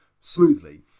smoothly